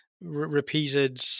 repeated